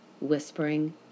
whispering